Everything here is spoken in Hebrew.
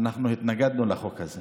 אנחנו התנגדנו לחוק הזה